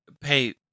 Pay